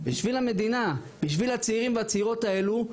בשביל המדינה, בשביל הצעירים והצעירות האלו,